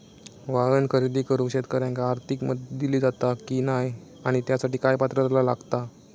वाहन खरेदी करूक शेतकऱ्यांका आर्थिक मदत दिली जाता की नाय आणि त्यासाठी काय पात्रता लागता?